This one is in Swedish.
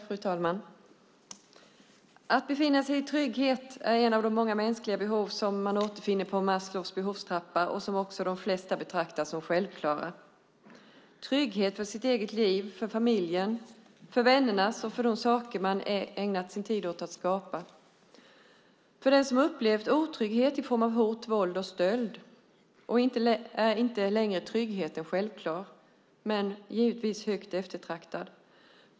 Fru talman! Att befinna sig i trygghet är ett av de många mänskliga behov som man återfinner på Maslows behovstrappa och som också de flesta betraktar som självklara. Det handlar om trygghet för sitt eget liv, för familjen, för vännerna och för de saker man ägnat sin tid åt att skapa. För den som har upplevt otrygghet i form av hot, våld och stöld är inte längre tryggheten självklar, men givetvis högt eftertraktad.